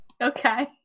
okay